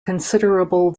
considerable